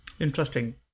Interesting